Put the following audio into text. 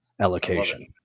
allocation